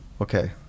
Okay